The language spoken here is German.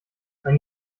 mein